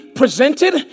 Presented